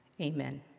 Amen